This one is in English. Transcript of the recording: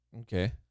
Okay